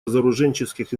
разоруженческих